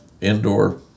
indoor